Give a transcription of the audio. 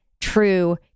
true